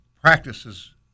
practices